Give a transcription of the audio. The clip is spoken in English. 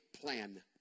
plan